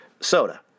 soda